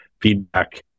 feedback